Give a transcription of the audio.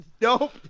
Nope